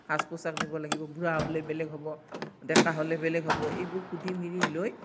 সাজ পোছাক নিব লাগিব বুঢ়া হ'লে বেলেগ হ'ব ডেকা হ'লে বেলেগ হ'ব এইবোৰ সুধি মেলি লৈ